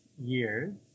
years